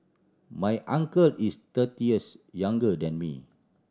my uncle is thirty years younger than me